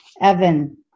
Evan